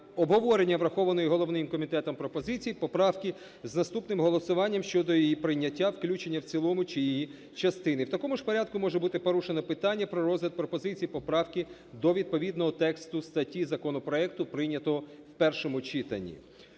обговорення врахованої головним комітетом пропозиції, поправки з наступним голосуванням щодо її прийняття, включення в цілому, чи її частини. В такому ж порядку може бути порушене питання про розгляд пропозицій, поправок до відповідного тексту статті законопроекту, прийнятого в першому читанні.